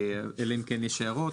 אלא אם כן יש הערות,